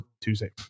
Tuesday